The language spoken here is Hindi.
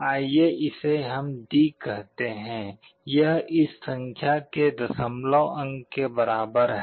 आइए इसे हम D कहते हैं यह इस संख्या के दशमलव अंक के बराबर है